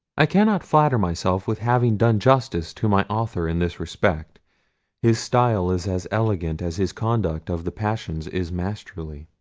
i cannot flatter myself with having done justice to my author in this respect his style is as elegant as his conduct of the passions is masterly.